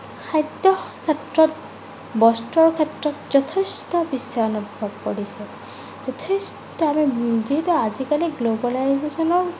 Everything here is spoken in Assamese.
খাদ্য ক্ষেত্ৰত বস্ত্ৰৰ ক্ষেত্ৰত যথেষ্ট বিশ্বায়নৰ প্ৰভাৱ পৰিছে যথেষ্ট যিহেতু আজিকালি গ্লবেলাইজেশ্যনৰ